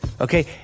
Okay